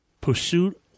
Pursuit